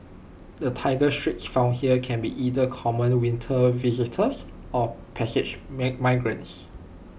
the Tiger Shrikes found here can be either common winter visitors or passage migrants